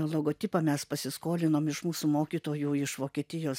logotipą mes pasiskolinom iš mūsų mokytojų iš vokietijos